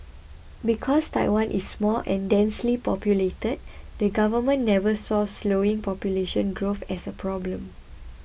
because Taiwan is small and densely populated the government never saw slowing population growth as a problem